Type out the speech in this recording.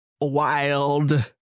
Wild